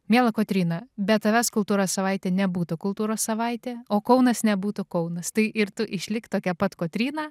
miela kotryna be tavęs kultūra savaitė nebūtų kultūros savaitė o kaunas nebūtų kaunas tai ir tu išlik tokia pat kotryna